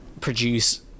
produce